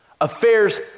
Affairs